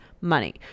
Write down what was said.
Money